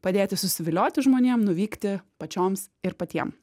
padėti susidėlioti žmonėm nuvykti pačioms ir patiem